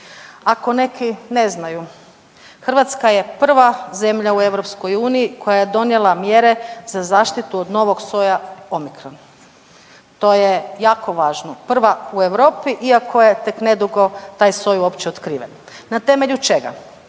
Ako neki ne znaju, Hrvatska je prva zemlja u EU koja je donijela mjere za zaštitu od novog soja omikron to je jako važno, prva u Europi iako je tek nedugo taj soj uopće otkriven. Na temelju čega?